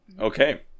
Okay